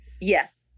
Yes